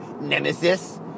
Nemesis